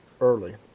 early